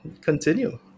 continue